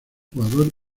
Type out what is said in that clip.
jugador